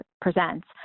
presents